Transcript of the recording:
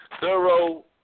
Thorough